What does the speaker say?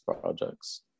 projects